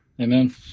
amen